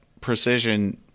precision